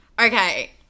Okay